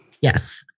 Yes